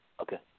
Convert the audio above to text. Okay